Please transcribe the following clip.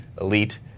Elite